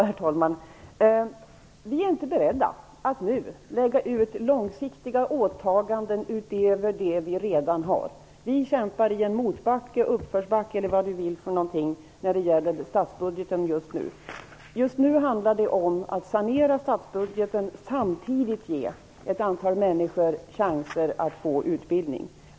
Herr talman! Vi är inte beredda till långsiktiga åtaganden utöver det som vi redan har. Vi kämpar i en uppförsbacke när det gäller statsbudgeten. Just nu handlar det om att sanera statsfinanserna och samtidigt ge ett antal människor chansen att få utbildning.